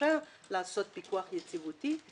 שתאפשר לעשות פיקוח יציבותי,